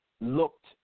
looked